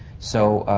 so.